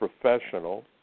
professional